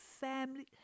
family